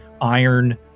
iron